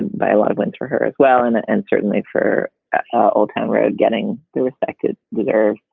by a lot of wins for her as well. and and certainly for ah otero getting affected with her.